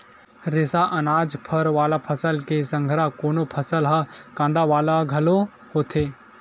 रेसा, अनाज, फर वाला फसल के संघरा कोनो फसल ह कांदा वाला घलो होथे